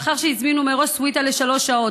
לאחר שהזמינו מראש סוויטה לשלוש שעות,